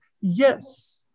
yes